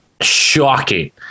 Shocking